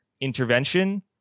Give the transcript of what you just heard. intervention